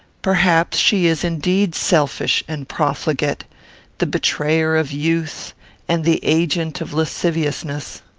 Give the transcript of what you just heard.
perhaps she is indeed selfish and profligate the betrayer of youth and the agent of lasciviousness.